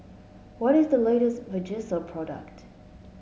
what is the latest Vagisil product